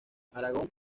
aragón